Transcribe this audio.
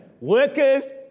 Workers